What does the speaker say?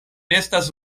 restas